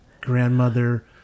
grandmother